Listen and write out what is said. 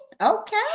Okay